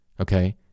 okay